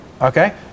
okay